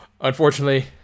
unfortunately